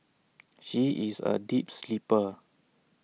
she is A deep sleeper